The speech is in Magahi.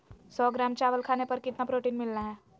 सौ ग्राम चावल खाने पर कितना प्रोटीन मिलना हैय?